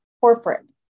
corporate